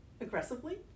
Aggressively